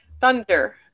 thunder